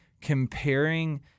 comparing